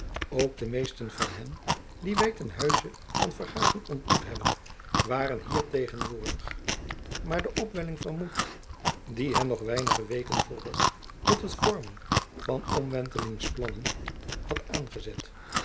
ook de meesten van hen die wy ten huize van verhagen ontmoet hebben waren hier tegenwoordig maar de opwelling van moed die hen nog weinige weken vroeger tot het vormen van omwentelings plannen had aangezet